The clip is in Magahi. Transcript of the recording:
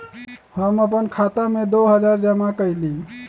हम अपन खाता में दो हजार जमा कइली